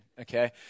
okay